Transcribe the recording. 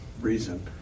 reason